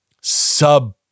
sub